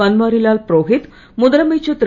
பன்வாரிலால் புரோஹித் முதலமைச்சர் திரு